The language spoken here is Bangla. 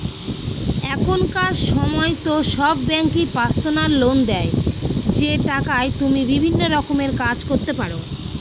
এখনকার সময়তো সব ব্যাঙ্কই পার্সোনাল লোন দেয় যে টাকায় তুমি বিভিন্ন রকমের কাজ করতে পারো